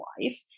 life